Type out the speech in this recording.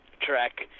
track